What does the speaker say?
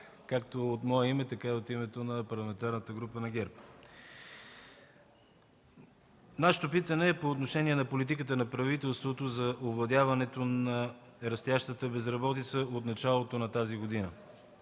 както от мое име, така и от името на Парламентарната група на ГЕРБ! Нашето питане е по отношение на политиката на правителството за овладяването на растящата безработица от началото на тази година.